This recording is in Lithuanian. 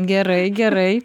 gerai gerai